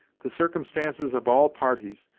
the circumstances of all parties,